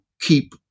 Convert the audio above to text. keep